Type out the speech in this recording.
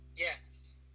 Yes